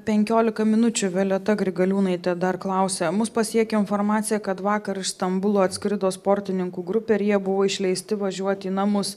penkiolika minučių violeta grigaliūnaitė dar klausia mus pasiekia informacija kad vakar iš stambulo atskrido sportininkų grupė ir jie buvo išleisti važiuoti į namus